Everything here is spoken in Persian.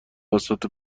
بساط